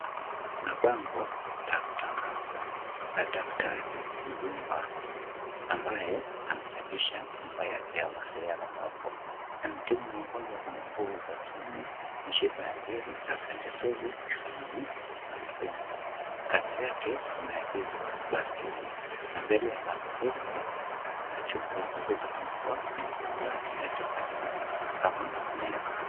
Kuna bango la kutangaza la daktari Mduba, ambaye amechapisha namba yake ya mawasiliano hapo. Anatibu maugonjwa kama nguvu za kiume, mishipa ya njiri kaswende sugu, kisonono, na mapenzi. Kando yake kumeagizwa baiskeli na mbele ya bango hilo kuna chupa iliyopambwa kwenye kifaa kama vile meza.